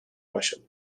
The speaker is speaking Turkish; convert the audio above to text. başladı